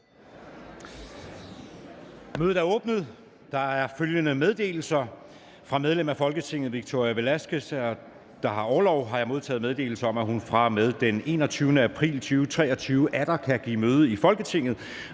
Mødet er åbnet. Fra medlem af Folketinget Victoria Velasquez (EL), der har orlov, har jeg modtaget meddelelse om, at hun fra og med den 21. april 2023 atter kan give møde i Folketinget.